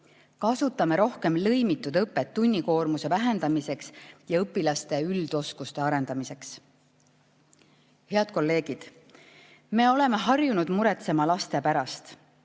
Kasutame rohkem lõimitud õpet tunnikoormuse vähendamiseks ja õpilaste üldoskuste arendamiseks. Head kolleegid! Me oleme harjunud muretsema laste pärast,